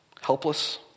helpless